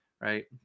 right